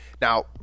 Now